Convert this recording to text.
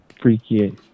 freaky